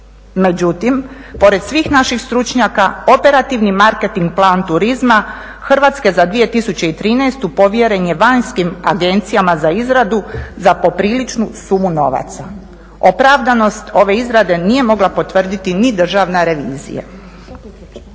međutim pored svih naših stručnjaka, operativni marketing plan turizma Hrvatske za 2013. povjeren je vanjskim agencijama za izradu za popriličnu sumu novaca. Opravdanost ove izrade nije mogla potvrditi ni državna revizija.